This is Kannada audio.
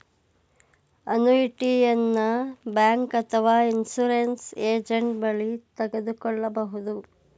ಅನುಯಿಟಿಯನ ಬ್ಯಾಂಕ್ ಅಥವಾ ಇನ್ಸೂರೆನ್ಸ್ ಏಜೆಂಟ್ ಬಳಿ ತೆಗೆದುಕೊಳ್ಳಬಹುದು